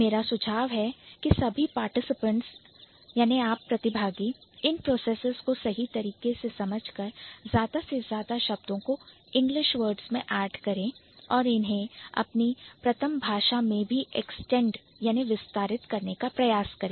मेरा सुझाव है कि सभी Participants पार्टिसिपेंट्स अर्थात प्रतिभागी इन processes प्रोसेसेस अर्थात प्रक्रियाओं को सही तरीके से समझ कर ज्यादा से ज्यादा शब्दों को English Words इंग्लिश वर्ड्स में add करें और इन्हें अपनी प्रथम भाषा में भी extend एक्सटेंड अर्थात विस्तारित करने का प्रयास करें